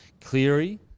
Cleary